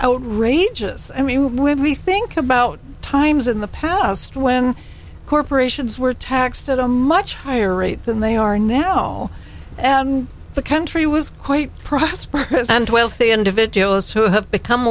outrageous i mean when we think about times in the past when corporations were taxed at a much higher rate than they are now all the country was quite prosperous and wealthy individuals who have become